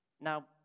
Now